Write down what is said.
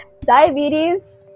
diabetes